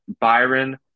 byron